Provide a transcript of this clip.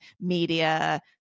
media